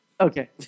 Okay